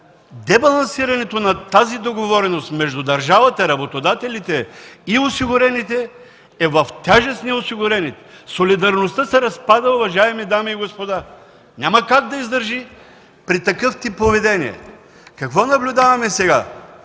Дебалансирането на тази договореност между държавата, работодателите и осигурените е в тежест на осигурените. Солидарността се разпада, уважаеми дами и господа, няма как да издържи при такъв тип поведение. Какво наблюдаваме сега?